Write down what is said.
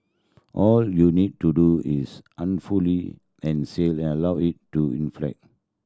all you need to do is an fully an sail allow it to in flat